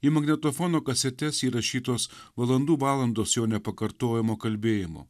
į magnetofono kasetes įrašytos valandų valandos jo nepakartojamo kalbėjimo